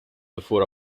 before